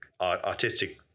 artistic